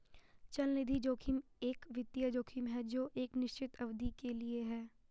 चलनिधि जोखिम एक वित्तीय जोखिम है जो एक निश्चित अवधि के लिए है